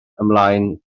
ymlaen